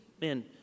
man